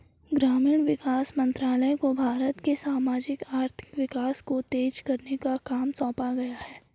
ग्रामीण विकास मंत्रालय को भारत के सामाजिक आर्थिक विकास को तेज करने का काम सौंपा गया है